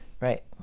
Right